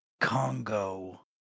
Congo